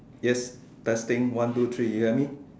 yes testing one two three you hear me